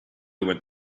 went